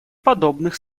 подобных